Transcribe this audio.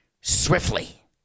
Swiftly